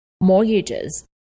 mortgages